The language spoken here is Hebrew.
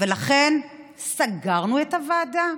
ולכן סגרנו את הוועדה,